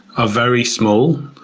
ah very small.